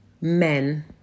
men